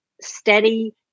steady